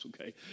okay